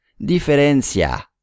diferencia